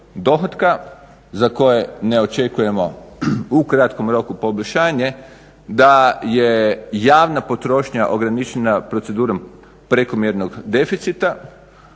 za koje ne očekujemo u kratkom roku poboljšanje da je javna potrošnja ograničena procedurom prekomjernog deficita